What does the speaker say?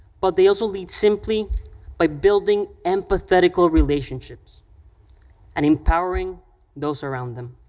but they also lead simply by building empathetical relationships and empowering those around them.